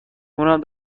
اونم